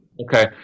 Okay